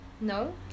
No